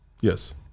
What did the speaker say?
Yes